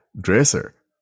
Dresser